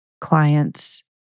clients